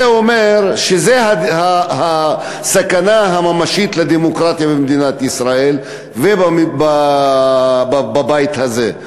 זה אומר שזו הסכנה הממשית לדמוקרטיה במדינת ישראל ובבית הזה.